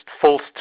false